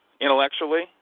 intellectually